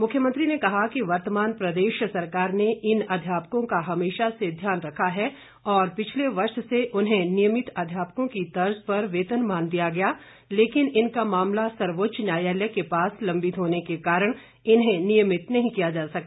मुख्यमंत्री ने कहा कि वर्तमान प्रदेश सरकार ने इन अध्यापकों का हमेशा से ध्यान रखा है और पिछले वर्ष से उन्हें नियमित अध्यापकों की तर्ज पर वेतनमान दिया गया लेकिन इनका मामला सर्वोच्च न्यायालय के पास लंबित होने के कारण इन्हें नियमित नहीं किया जा सका